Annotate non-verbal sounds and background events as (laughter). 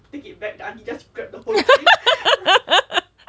(laughs)